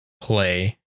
play